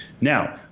Now